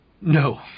No